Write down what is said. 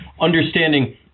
understanding